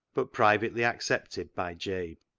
but privately accepted by jabe.